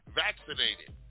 vaccinated